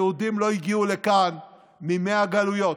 היהודים הגיעו לכאן מ-100 גלויות,